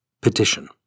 Petition